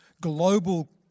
global